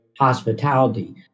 hospitality